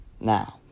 Now